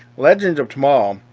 legends of tomorrow, um